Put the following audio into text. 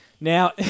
Now